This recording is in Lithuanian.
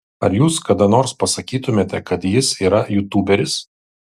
ar jūs kada nors pasakytumėte kad jis yra jūtūberis